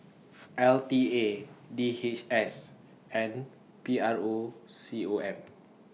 L T A D H S and P R O C O M